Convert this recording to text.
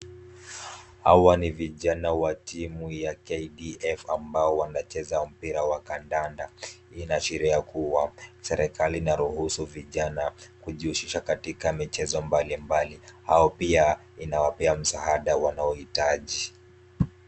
Hawa ni vijana wa timu ya KDF ambao wanacheza mpira wa kandanda, inaashiria kuwa serikali inaruhusu vijana kujihusisha katika michezo mbalimbali au pia inawapea msaada wanaohitaji.